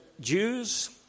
Jews